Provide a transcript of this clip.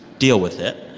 deal with it